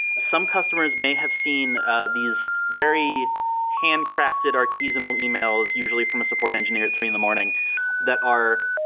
some customers may have seen these very handcrafted artisanal emails usually from a support engineer at three in the morning that are,